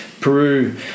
Peru